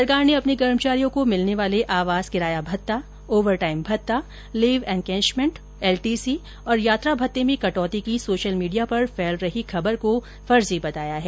सरकार ने अपने कर्मचारियों को मिलने वाले आवास किराया भत्ता ओवर टाइम भत्ता लीव एनकैशमेंट एलटीसी और यात्रा भत्ते में कटौती की सोशल मीडिया पर फैल रही खबर को फर्जी बताया है